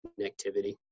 connectivity